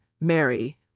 Mary